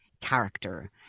character